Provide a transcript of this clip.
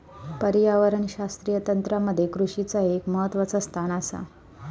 पर्यावरणशास्त्रीय तंत्रामध्ये कृषीचा एक महत्वाचा स्थान आसा